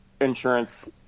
insurance